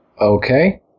Okay